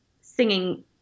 singing